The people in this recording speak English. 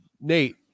nate